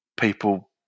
people